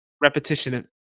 Repetition